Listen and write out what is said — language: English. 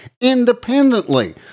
independently